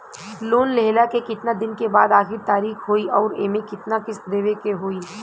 Loan लेहला के कितना दिन के बाद आखिर तारीख होई अउर एमे कितना किस्त देवे के होई?